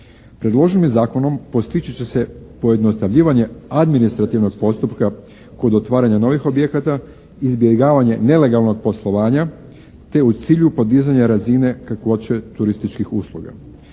Predloženim zakonom postići će se pojednostavljivanje administrativnog postupka kod otvaranja novih objekata, izbjegavanje nelegalnog poslovanja, te u cilju podizanja razine kakvoće turističkih usluga.